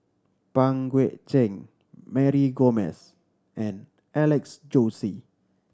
Pang Guek Cheng Mary Gomes and Alex Josey